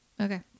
Okay